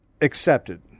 accepted